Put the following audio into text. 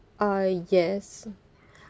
uh yes